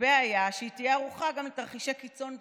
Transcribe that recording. מצופה היה שהיא תהיה ערוכה גם לתרחישי קיצון בריאותיים,